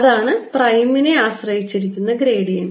അതാണ് പ്രൈമിനെ ആശ്രയിച്ചിരിക്കുന്ന ഗ്രേഡിയന്റ്